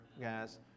guys